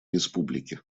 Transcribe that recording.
республики